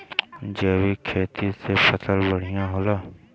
जैविक खेती से फसल बढ़िया होले